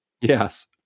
yes